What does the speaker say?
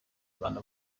rwanda